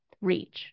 reach